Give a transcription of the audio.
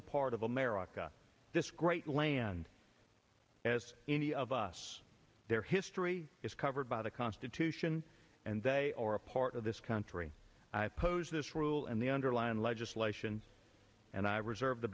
a part of america this great land as any of us their history is covered by the constitution and they are a part of this country i oppose this rule and the underlying legislation and i reserve the